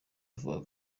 avuga